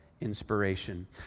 inspiration